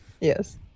Yes